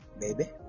baby